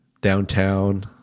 downtown